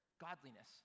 godliness